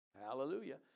Hallelujah